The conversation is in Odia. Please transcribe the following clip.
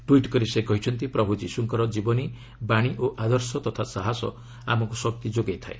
ଟ୍ୱିଟ୍ କରି ସେ କହିଛନ୍ତି ପ୍ରଭୁ ଯୀଶୁଙ୍କର ଜୀବନୀ ବାଣି ଓ ଆଦର୍ଶ ତଥା ସାହସ ଆମକୁ ଶକ୍ତି ଯୋଗାଇଥାଏ